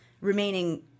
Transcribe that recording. remaining